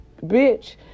Bitch